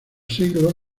siglos